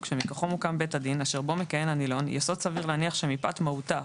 שמכוחו מוקם בית הדין אשר בו מכהן הנילון יסוד סביר להניח שמפאת מהותה,